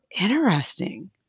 interesting